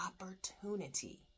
opportunity